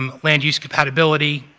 um land use compatibility.